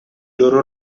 loro